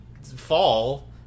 fall